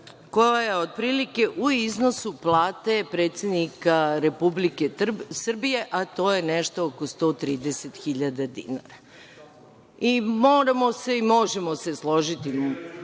koja je otprilike u iznosu plate predsednika Republike Srbije, a to je nešto oko 130.000 dinara. Moramo se i možemo se složiti,